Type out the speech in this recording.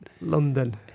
London